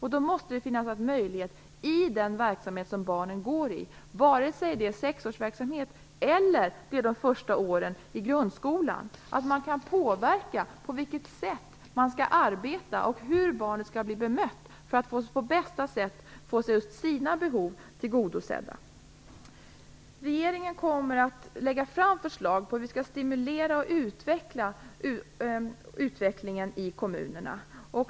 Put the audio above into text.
Det måste finnas en möjlighet i den verksamhet barnen deltar - vare sig det är sexårsverksamhet eller de första åren i grundskolan - att kunna påverka det sätt man arbetar på och på vilket barnet blir bemött för att på bästa sätt få just sina behov tillgodosedda. Regeringen kommer att lägga fram förslag på hur vi skall stimulera utvecklingen i kommunerna.